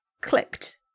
clicked